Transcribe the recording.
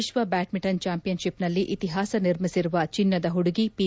ವಿಶ್ವ ಬ್ಯಾಂಡ್ಮಿಂಟನ್ ಚಾಂಪಿಯನ್ಶಿಪ್ನಲ್ಲಿ ಇತಿಹಾಸ ನಿರ್ಮಿಸಿರುವ ಚಿನ್ನದ ಹುಡುಗಿ ಪಿ